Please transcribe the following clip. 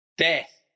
Death